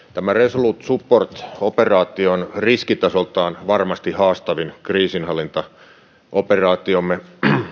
tämä resolute support operaatio on riskitasoltaan varmasti haastavin kriisinhallintaoperaatiomme